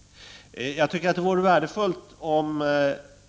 24 november 1989 Det vore värdefullt om